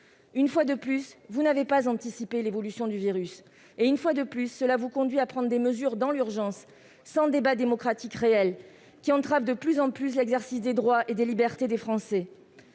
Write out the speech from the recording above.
Une fois de plus, vous n'avez pas anticipé l'évolution du virus ; une fois de plus, cela vous conduit à prendre des mesures dans l'urgence, sans débat démocratique réel, des mesures qui entravent de plus en plus l'exercice des droits et des libertés des Français.